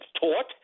taught